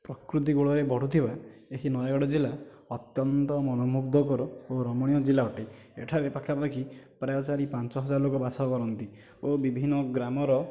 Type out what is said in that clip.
ପ୍ରକୃତି ବଳରେ ବଢ଼ୁଥିବା ଏହି ନୟାଗଡ଼ ଜିଲ୍ଲା ଅତ୍ୟନ୍ତ ଓ ମନମୁଗ୍ଧକର ରମଣୀୟ ଜିଲ୍ଲା ଅଟେ ଏଠାରେ ପାଖାପାଖି ପ୍ରାୟ ଚାରି ପାଞ୍ଚହଜାର ଲୋକ ବାସ କରନ୍ତି ଓ ବିଭିନ୍ନ ଗ୍ରାମର